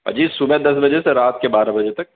اجی صبح دس بجے سے رات کے بارہ بجے تک